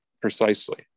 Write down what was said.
Precisely